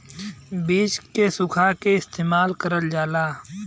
बीज के सुखा के इस्तेमाल करल जाला